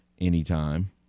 anytime